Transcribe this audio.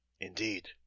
Indeed